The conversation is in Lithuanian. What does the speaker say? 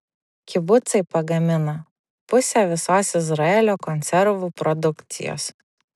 kibucai pagamina pusę visos izraelio konservų produkcijos